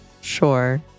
sure